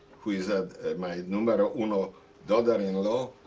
who is ah my numero uno daughter-in-law,